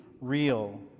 real